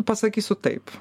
pasakysiu taip